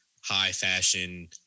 high-fashion